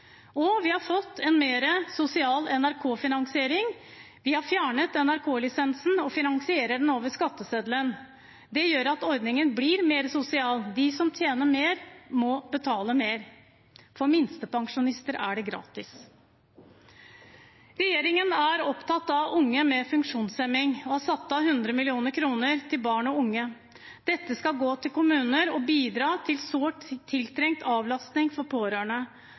Og vi har fått en mer sosial NRK-finansiering: Vi har fjernet NRK-lisensen og finansierer den over skatteseddelen. Det gjør at ordningen blir mer sosial. De som tjener mer, må betale mer. For minstepensjonister er det gratis. Regjeringen er opptatt av unge med funksjonshemning og har satt av 100 mill. kr til barn og unge. Dette skal gå til kommunene og bidra til sårt tiltrengt avlastning for pårørende